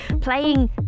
playing